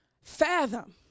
fathom